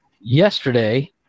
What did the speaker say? yesterday